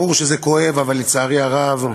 ברור שזה כואב, אבל, לצערי הרב,